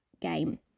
game